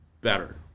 better